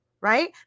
right